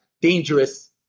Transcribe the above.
dangerous